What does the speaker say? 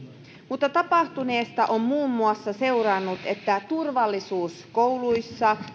mutta tapahtuneesta on muun muassa seurannut että turvallisuus kouluissa